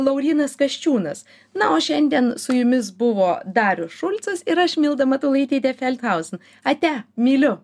laurynas kasčiūnas na o šiandien su jumis buvo darius šulcas ir aš milda matulaitytė feldhausen ate myliu